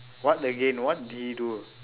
what again what did he do